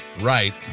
Right